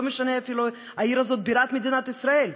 ולא משנה אפילו אם העיר הזאת בירת מדינת ישראל,